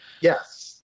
yes